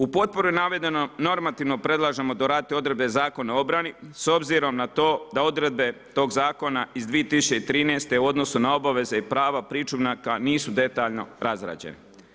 U potporu je navedeno normativno predlažemo doraditi Zakone o obrani s obzirom na to da odredbe tog zakona iz 2013. u odnosu na obaveze i prava pričuvnika nisu detaljni razrađene.